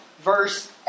Verse